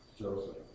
Joseph